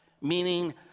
meaning